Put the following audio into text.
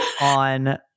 on